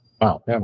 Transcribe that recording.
Wow